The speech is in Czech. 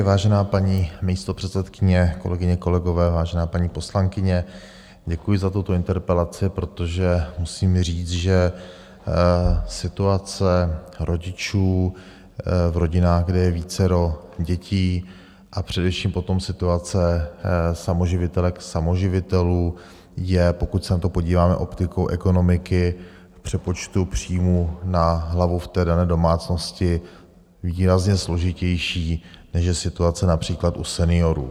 Vážená paní místopředsedkyně, kolegyně, kolegové, vážená paní poslankyně, děkuji za tuto interpelaci, protože musím říct, že situace rodičů v rodinách, kde je vícero dětí, a především potom situace samoživitelek/samoživitelů je, pokud se na to podíváme optikou ekonomiky v přepočtu příjmů na hlavu v dané domácnosti, výrazně složitější, než je situace například u seniorů.